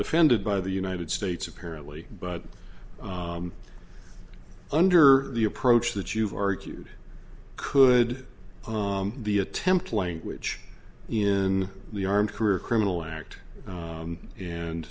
defended by the united states apparently but under the approach that you've argued could the attempt language in the armed career criminal act